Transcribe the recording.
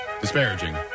disparaging